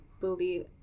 believe